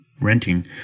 renting